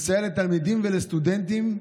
מסייע לתלמידים ולסטודנטים,